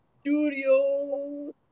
Studio